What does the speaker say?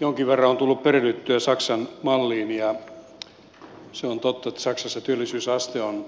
jonkin verran on tullut perehdyttyä saksan malliin ja se on totta että saksassa työllisyysaste on